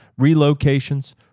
relocations